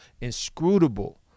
inscrutable